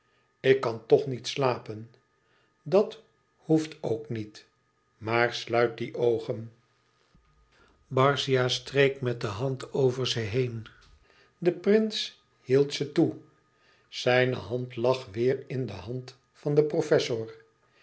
ik kan toch niet slapen dat hoeft ook niet maar sluit die oogen barzia streek met de hand over ze heen de prins hield ze toe zijne hand lag weêr in de hand van den professor